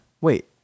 wait